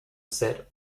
set